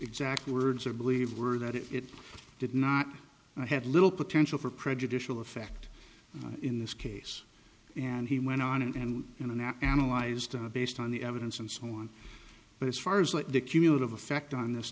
exact words or believe were that it did not have little potential for prejudicial effect in this case and he went on and on and analyzed based on the evidence and so on but as far as the cumulative effect on